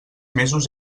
mesos